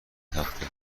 تخته